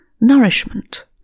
Nourishment